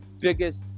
biggest